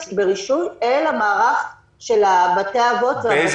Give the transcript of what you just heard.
ברישוי ברישום אל המערך של בתי האבות ובתי